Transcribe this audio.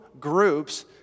groups